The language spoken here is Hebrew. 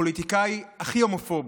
לפוליטיקאי הכי הומופוב,